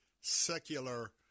secular